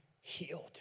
healed